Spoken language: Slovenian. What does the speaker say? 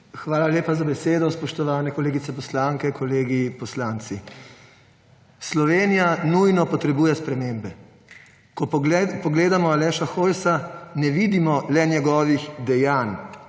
Hvala lepa za besedo. Spoštovane kolegice poslanke, kolegi poslanci! Slovenija nujno potrebuje spremembe. Ko pogledamo Aleša Hojsa, ne vidimo le njegovih dejanj,